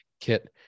kit